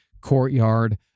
courtyard